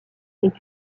est